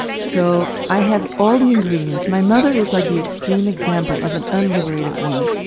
so i have all the ingredients my mother is like the extreme example of an unliberated woman.